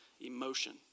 emotion